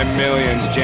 millions